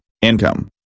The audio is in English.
income